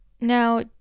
Now